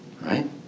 right